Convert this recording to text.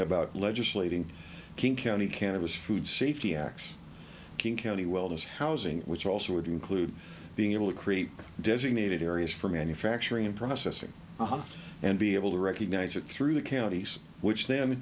about legislating king county cannabis food safety x king county wellness housing which also would include being able to create designated areas for manufacturing and processing and be able to recognize it through the counties which the